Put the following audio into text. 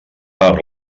per